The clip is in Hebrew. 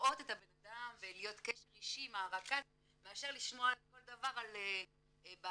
לראות את הבנאדם ולהיות קשר אישי עם הרכז מאשר לשמוע כל דבר על בעיה